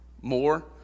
more